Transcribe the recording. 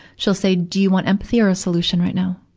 she'll say, do you want empathy or a solution right now?